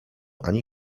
ani